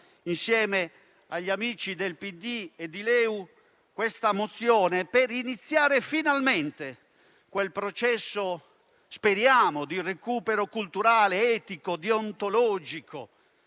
insieme agli amici del PD e di LeU, per iniziare finalmente quel processo - speriamo - di recupero culturale, etico, deontologico,